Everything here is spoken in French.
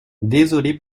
désolé